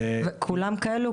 כולם כאלה?